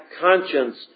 conscience